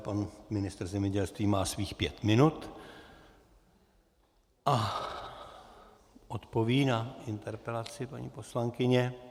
Pan ministr zemědělství má svých pět minut a odpoví na interpelaci paní poslankyně.